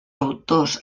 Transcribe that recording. autors